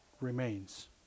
remains